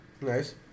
Nice